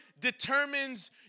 determines